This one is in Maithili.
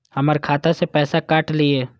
हमर खाता से पैसा काट लिए?